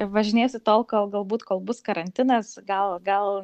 važinėsiu tol kol galbūt kol bus karantinas gal gal